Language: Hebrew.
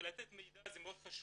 כי לתת מידע זה מאוד חשוב,